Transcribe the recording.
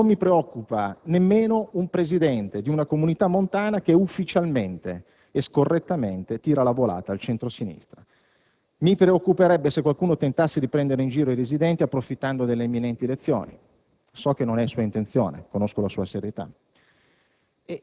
dicevo, non mi preoccupa un presidente di una comunità montana che ufficialmente e scorrettamente tira la volata al centro‑sinistra. Mi preoccuperebbe invece che qualcuno tentasse di prendere in giro i residenti, approfittando delle imminenti elezioni. So che non è sua intenzione, conosco la sua serietà.